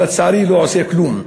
אבל לצערי לא עושה כלום.